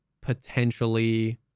potentially